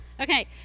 Okay